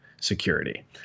security